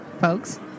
Folks